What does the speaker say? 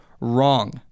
wrong